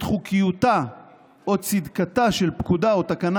את חוקיותה או צדקתה של פקודה או תקנה